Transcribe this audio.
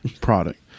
product